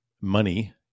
money